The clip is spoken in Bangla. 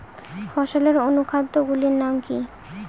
ফসলের অনুখাদ্য গুলির নাম কি?